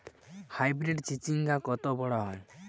Hybrid চিচিংঙ্গা কত বড় হয়?